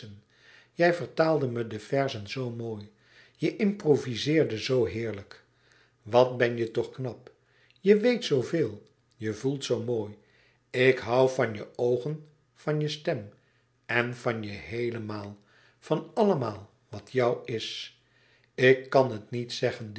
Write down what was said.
jij vertaalde me de verzen zoo mooi je improvizeerde ze zoo heerlijk wat ben je toch knap je weet zoo veel je voelt zoo mooi o ik hoû zoo van je mijn lieveling mijn lieveling ik hoû zoo van je oogen van je stem en van je heelemaal van allemaal wat jou is ik kan het niet zeggen